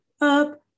up